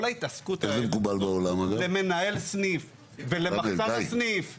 כל ההתעסקות הזו למנהל סניף ולמחסן הסניף ולתפעול,